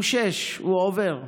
הוא שש, הוא עובר.